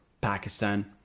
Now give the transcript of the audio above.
Pakistan